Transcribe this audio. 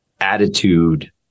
attitude